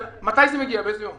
מתי זה מגיע, באיזה יום?